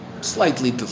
Slightly